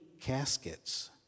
caskets